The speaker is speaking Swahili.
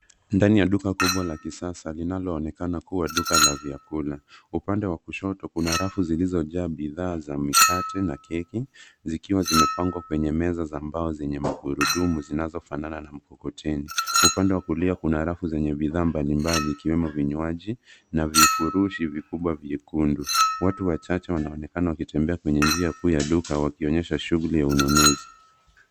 Ndani ya duka kubwa la kisasa linaloonekana kuwa duka la vyakula. Upande wa kushoto kuna rafu zilizojaa bidhaa za mikate na keki, zikiwa zimepangwa kwenye meza za mbao zenye magurudumu zinazofanana na mkokoteni. Upande wa kulia kuna rafu zenye bidhaa mbalimbali ikiwemo vinywaji na vifurushi vikubwa vyekundu. Watu wachache wanaonekana wakitembea kwenye njia kuu ya duka wakionyesha shughuli ya ununuzi.